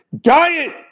Diet